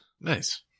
Nice